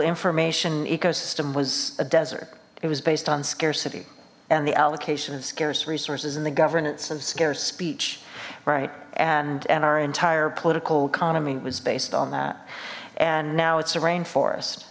information ecosystem was a desert it was based on scarcity and the allocation of scarce resources and the governance of scarce speech right and and our entire political economy was based on that and now it's a rainforest